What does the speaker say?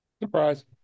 surprise